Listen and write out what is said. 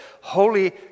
holy